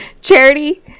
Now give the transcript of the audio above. Charity